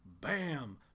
BAM